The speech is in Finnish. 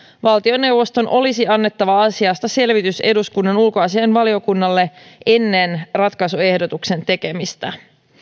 valtioneuvoston olisi annettava asiasta selvitys eduskunnan ulkoasiainvaliokunnalle ennen ratkaisuehdotuksen tekemistä